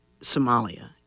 Somalia